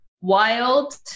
wild